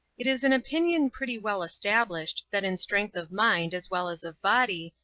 it is an opinion pretty well established, that in strength of mind, as well as of body,